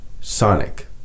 Sonic